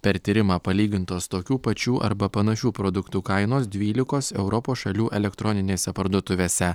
per tyrimą palygintos tokių pačių arba panašių produktų kainos dvylikos europos šalių elektroninėse parduotuvėse